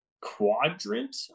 quadrant